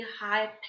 high